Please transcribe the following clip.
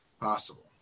possible